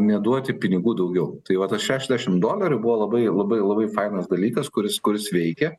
neduoti pinigų daugiau tai vat už šešiasdešim dolerių buvo labai labai labai fainas dalykas kuris kuris veikia